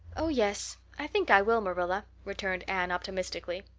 oh, yes, i think i will, marilla, returned anne optimistically.